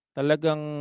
talagang